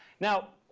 now